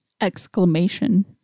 Exclamation